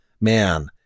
man